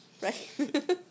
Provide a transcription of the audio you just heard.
Right